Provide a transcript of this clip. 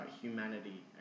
humanity